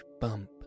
bump